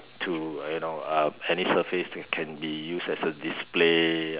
too uh you know uh any surface that can be used as a display